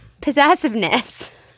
possessiveness